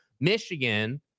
Michigan